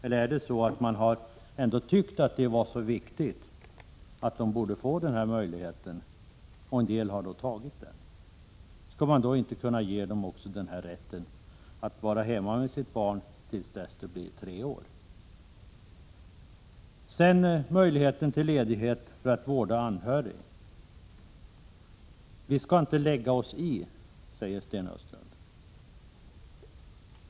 Det ansågs att detta var så viktigt att föräldrarna borde få denna möjlighet, som en del har utnyttjat, och varför då inte ge dem rätten att vara hemma med sina barn till dess att de är tre år? När det gäller möjligheten till ledighet för vård av anhörig säger Sten Östlund att riksdagen inte skall lägga sig i.